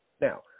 Now –